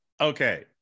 okay